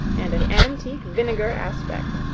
and an antique vinegar aspect,